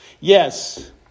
Yes